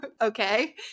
okay